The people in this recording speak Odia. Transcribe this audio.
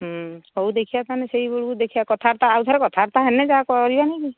ହୁଁ ହଉ ଦେଖିବା ତା ନେ ସେହି ବେଳକୁ ଦେଖିବା କଥାବାର୍ତ୍ତା ଆଉ ଥରେ କଥାବାର୍ତ୍ତା ହେଲେ ଯାହା କରିବାନି କି